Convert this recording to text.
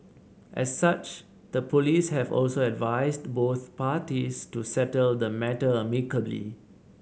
as such the police have also advised both parties to settle the matter amicably